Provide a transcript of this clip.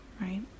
right